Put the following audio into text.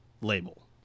label